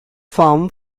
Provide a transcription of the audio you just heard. firm